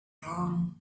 wrong